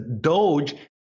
doge